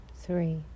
three